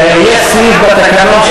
אין לנו ספק בכלל.